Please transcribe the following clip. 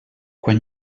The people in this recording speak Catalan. quan